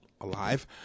alive